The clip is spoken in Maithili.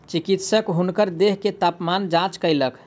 चिकित्सक हुनकर देह के तापमान जांच कयलक